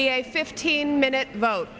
be a fifteen minute vote